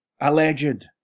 alleged